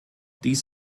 dies